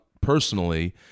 personally